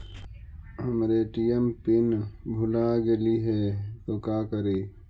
हमर ATM pin भूला गेली हे, तो का करि?